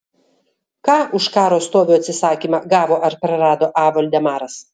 ką už karo stovio atsisakymą gavo ar prarado a voldemaras